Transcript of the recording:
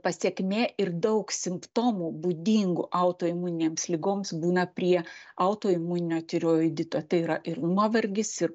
pasekmė ir daug simptomų būdingų autoimuninėms ligoms būna prie autoimuninio tiroidito tai yra ir nuovargis ir